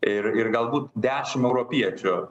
ir ir galbūt dešim europiečių